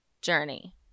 journey